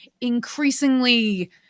increasingly